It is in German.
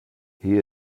hier